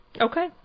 Okay